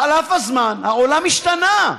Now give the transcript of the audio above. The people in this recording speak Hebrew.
חלף הזמן, העולם השתנה.